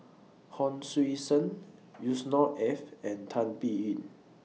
Hon Sui Sen Yusnor Ef and Tan Biyun